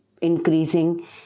increasing